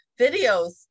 videos